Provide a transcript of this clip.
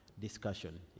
discussion